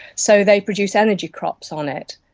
so they produce energy crops on it,